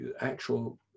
actual